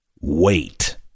Wait